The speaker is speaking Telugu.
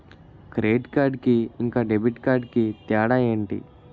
క్రెడిట్ కార్డ్ కి ఇంకా డెబిట్ కార్డ్ కి తేడా ఏంటి?